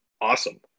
awesome